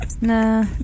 Nah